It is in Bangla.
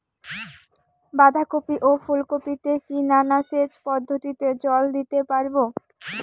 বাধা কপি ও ফুল কপি তে কি নালা সেচ পদ্ধতিতে জল দিতে পারবো?